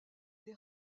des